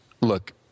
look